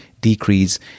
decrease